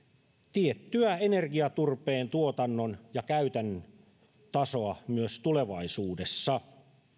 tiettyä energiaturpeen tuotannon ja käytön tasoa myös tulevaisuudessa